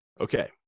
Okay